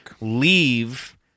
leave